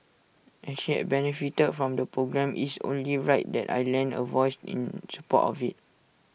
as she had benefited from the programme is only right that I lend A voice in support of IT